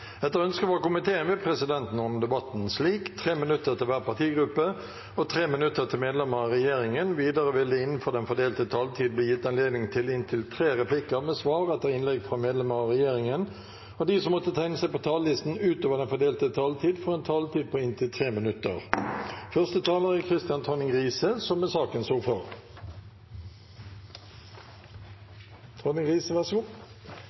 Etter ønske fra justiskomiteen vil presidenten ordne debatten slik: 3 minutter til hver partigruppe og 3 minutter til medlemmer av regjeringen. Videre vil det – innenfor den fordelte taletid – bli gitt anledning til inntil fem replikker med svar etter innlegg fra medlemmer av regjeringen, og de som måtte tegne seg på talerlisten utover den fordelte taletid, får også en taletid på inntil 3 minutter. Dette er